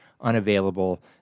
unavailable